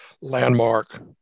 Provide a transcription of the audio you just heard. landmark